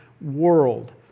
world